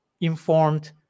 informed